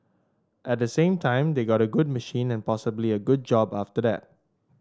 at the same time they got a good machine and possibly a good job after that